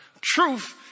Truth